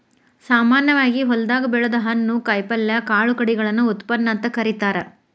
ಸಾಮಾನ್ಯವಾಗಿ ಹೊಲದಾಗ ಬೆಳದ ಹಣ್ಣು, ಕಾಯಪಲ್ಯ, ಕಾಳು ಕಡಿಗಳನ್ನ ಉತ್ಪನ್ನ ಅಂತ ಕರೇತಾರ